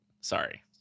Sorry